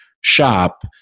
shop